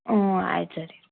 ಹ್ಞೂ ಆಯ್ತು ಸರಿ ರೀ